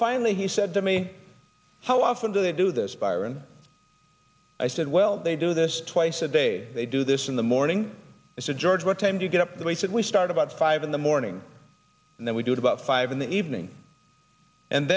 finally he said to me how often do they do this byron i said well they do this twice a day they do this in the morning i said george what time do you get up there he said we start about five in the morning and then we do it about five in the evening and